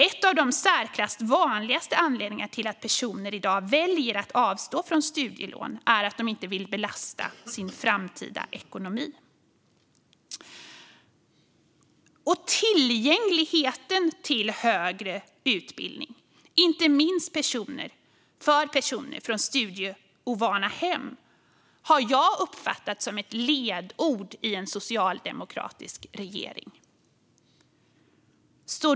En av de i särklass vanligaste anledningarna till att personer i dag väljer att avstå från studielån är att de inte vill belasta sin framtida ekonomi. Tillgängligheten till högre utbildning, inte minst för personer från studieovana hem, har jag uppfattat som ett ledord i en socialdemokratisk regering.